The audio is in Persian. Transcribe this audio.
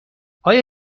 آیا